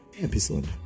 Episode